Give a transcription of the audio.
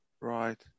Right